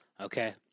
Okay